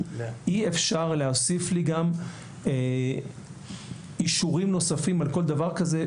אי אפשר להוסיף לי גם אישורים נוספים על כל דבר כזה.